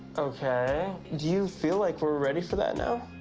okay. do you feel like we're ready for that now?